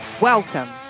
Welcome